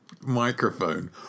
microphone